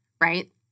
right